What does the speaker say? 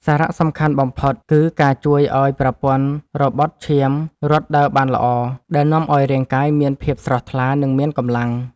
សារៈសំខាន់បំផុត គឺការជួយឱ្យប្រព័ន្ធរបត់ឈាមរត់ដើរបានល្អ ដែលនាំឱ្យរាងកាយមានភាពស្រស់ថ្លា និងមានកម្លាំង។